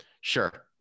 sure